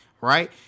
right